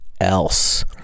else